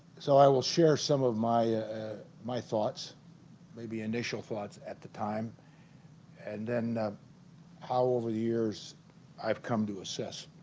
so i will share some of my my thoughts maybe initial thoughts at the time and then how over the years i've come to assess